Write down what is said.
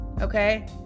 okay